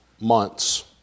months